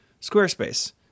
Squarespace